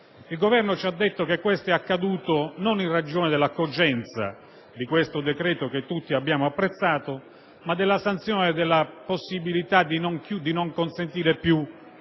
Il Governo ci ha detto che ciò è accaduto non in ragione della cogenza di questo decreto, che tutti abbiamo apprezzato, ma della sanzione che avrebbe comportato il non consentire più